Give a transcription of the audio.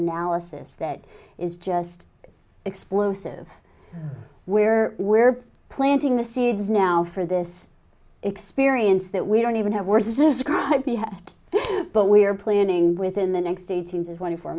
analysis that is just explosive where we're planting the seeds now for this experience that we don't even have we're says can be had but we are planning within the next eighteen to twenty four